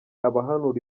abahanura